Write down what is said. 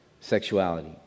sexuality